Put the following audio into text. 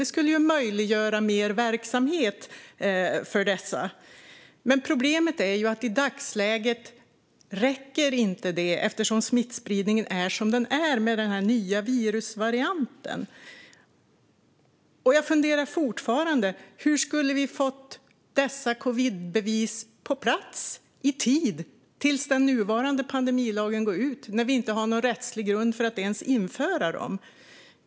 Det skulle ju möjliggöra mer verksamhet för dessa. Problemet är bara att detta inte räcker i dagsläget, eftersom smittspridningen är som den är med den nya virusvarianten. Jag funderar fortfarande på hur vi skulle ha fått dessa covidbevis på plats i tid när den nuvarande pandemilagen går ut. Vi har ju inte någon rättslig grund för att ens införa dem.